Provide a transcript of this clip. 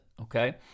okay